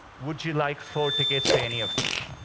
would you like four tickets to any of these?